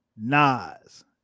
Nas